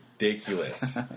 ridiculous